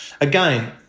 again